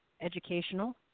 educational